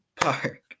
Park